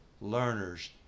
learners